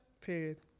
Period